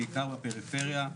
בעיקר בפריפריה.